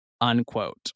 unquote